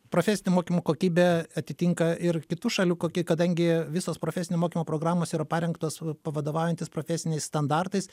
profesinio mokymo kokybė atitinka ir kitų šalių koki kadangi visos profesinio mokymo programos yra parengtos pa vadovaujantis profesiniais standartais